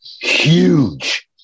huge